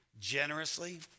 generously